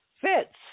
fits